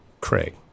Craig